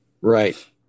Right